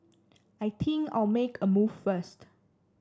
I think I'll make a move first